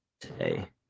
today